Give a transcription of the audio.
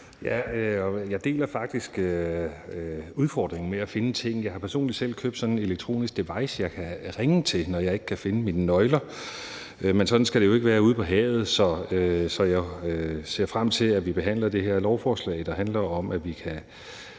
Jeg deler faktisk udfordringen med at finde ting. Jeg har personligt selv købt en elektronisk device, jeg kan ringe til, når jeg ikke kan finde mine nøgler, men sådan skal det jo ikke være ude på havet. Jeg ser frem til, at vi behandler det her lovforslag, der handler om, at vi kan